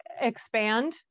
expand